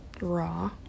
raw